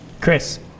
Chris